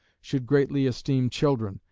should greatly esteem children,